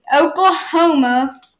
Oklahoma